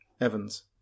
Evans